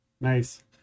Nice